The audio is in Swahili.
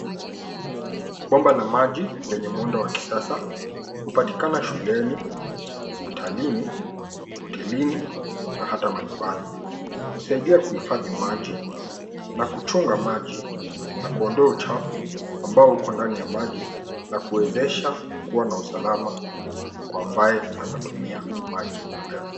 Bomba la maji lenye muundo wa kisasa hupatikana shuleni, hospitalini, hotelini na hata manyumbani. Husaidia kuhifadhi maji, na kuchunga maji na kuondoa uchafu ambao uko ndani ya maji na kuwezesha kuwa na usalama kwa ambaye anatumia maji hayo.